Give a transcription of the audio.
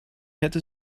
hätte